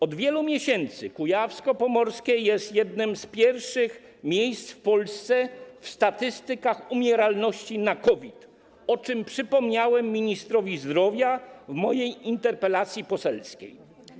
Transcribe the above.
Od wielu miesięcy województwo kujawsko-pomorskie jest jednym z pierwszych miejsc w Polsce w statystykach umieralności na COVID, o czym przypomniałem ministrowi zdrowia w mojej interpelacji poselskiej.